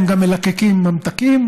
הם גם מלקקים ממתקים,